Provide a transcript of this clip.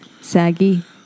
Saggy